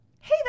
hey